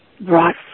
brought